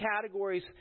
categories